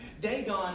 Dagon